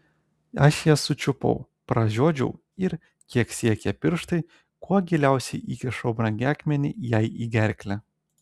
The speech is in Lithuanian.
aš ją sučiupau pražiodžiau ir kiek siekė pirštai kuo giliausiai įkišau brangakmenį jai į gerklę